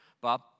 Bob